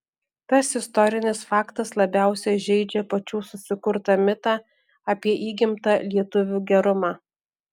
tas istorinis faktas labiausiai žeidžia pačių susikurtą mitą apie įgimtą lietuvių gerumą